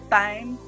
time